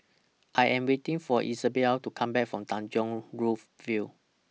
I Am waiting For Isabell to Come Back from Tanjong Rhu View